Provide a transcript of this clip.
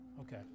Okay